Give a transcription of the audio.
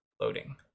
Loading